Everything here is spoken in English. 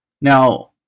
Now